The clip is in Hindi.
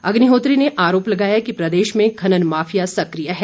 अग्निहोत्री ने आरोप लगाया कि प्रदेश में खनन माफिया सक्रिय है